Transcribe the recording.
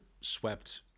swept